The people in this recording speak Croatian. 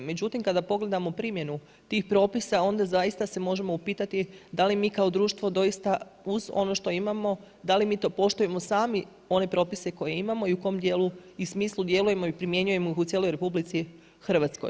Međutim, kada pogledamo primjenu tih propisa onda zaista se možemo upitati da li mi kao društvo doista uz ono što imamo, da li mi to poštujemo sami one propise koje imamo i u kom djelu i smislu djelujemo i primjenjujemo ih u cijeloj RH.